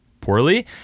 poorly